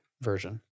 version